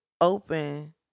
open